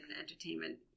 entertainment